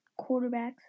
quarterbacks